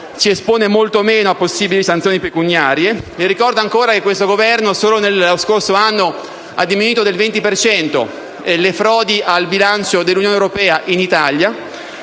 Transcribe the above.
ci espone molto meno a possibili sanzioni pecuniarie. Le ricordo ancora che questo Governo, solo nello scorso anno, ha diminuito del 20 per cento le frodi al bilancio dell'Unione europea in Italia,